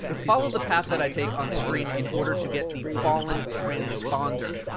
follow the path that i take on screen in order to get the fallen transponder.